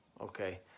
okay